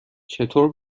چطور